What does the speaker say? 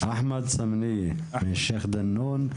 מכהן כמנהל שלוחת מתנ"ס דנון.